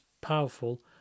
powerful